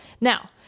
Now